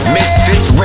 Misfits